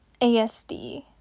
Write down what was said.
ASD